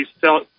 tell